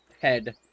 head